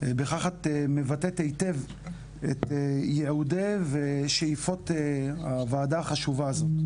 בכך את מבטאת היטב את ייעוד ושאיפת הוועדה החשובה הזאת.